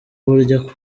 uburyo